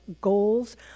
goals